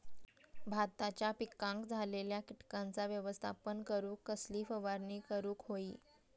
भाताच्या पिकांक झालेल्या किटकांचा व्यवस्थापन करूक कसली फवारणी करूक होई?